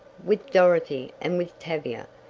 with dorothy and with tavia.